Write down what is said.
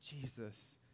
Jesus